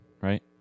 right